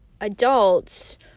adults